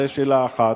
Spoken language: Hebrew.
זו שאלה אחת.